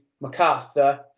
MacArthur